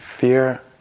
Fear